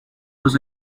was